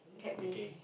okay